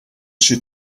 she